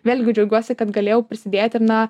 vėlgi džiaugiuosi kad galėjau prisidėti ir na